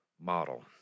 model